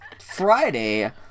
Friday